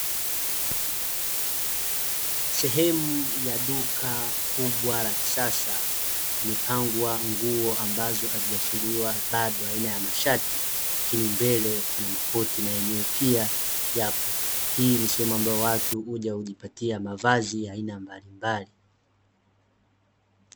Sehemu ya duka kubwa la kisasa, zimepangwa nguo ambazo hazijafunguliwa bado aina ya mashati, lakini mbele kuna makoti na yenyewe pia yapo. Hii nisehemu ambayo watu huja kujipatia mavazi ya aina mbalimbali.